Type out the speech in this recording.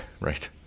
Right